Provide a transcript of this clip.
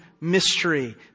mystery